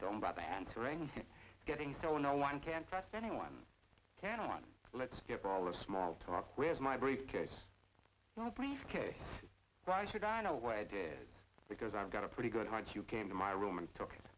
don't bother answering getting so no one can trust anyone can run let's get all the small talk where's my briefcase or briefcase why should i know way i did because i've got a pretty good hunch you came to my room and t